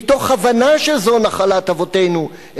מתוך הבנה שזו נחלת אבותינו,